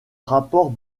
rapport